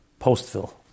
Postville